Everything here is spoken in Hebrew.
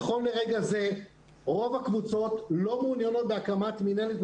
נכון לרגע זה רוב הקבוצות לא מעוניינות בהקמת מינהלת,